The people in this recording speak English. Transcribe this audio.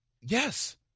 Yes